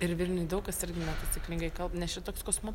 ir vilniuj daug kas irgi netaisyklingai kalb nes čia toks kosmo